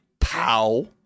pow